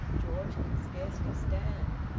george could scarcely stand.